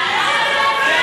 איזו דמוקרטיה?